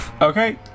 Okay